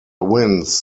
wins